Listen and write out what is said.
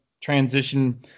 transition